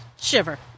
shiver